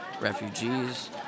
refugees